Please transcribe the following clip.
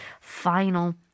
final